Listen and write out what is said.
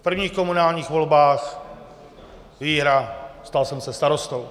V prvních komunálních volbách výhra, stal jsem se starostou.